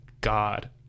God